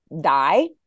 die